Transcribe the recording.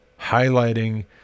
highlighting